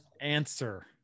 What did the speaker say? Answer